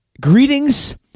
Greetings